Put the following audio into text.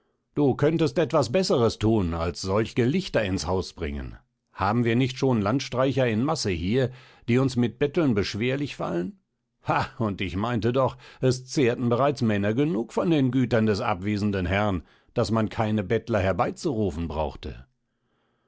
du könntest etwas besseres thun als solch gelichter ins haus bringen haben wir nicht schon landstreicher in masse hier die uns mit betteln beschwerlich fallen ha und ich meinte doch es zehrten bereits männer genug von den gütern des abwesenden herrn daß man keine bettler herbeizurufen brauchte